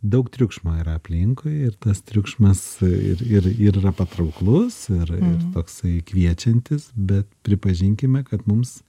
daug triukšmo yra aplinkui ir tas triukšmas ir ir ir yra patrauklus ir ir toksai kviečiantis bet pripažinkime kad mums